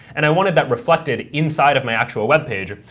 and i wanted that reflected inside of my actual web page,